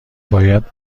باید